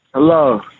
Hello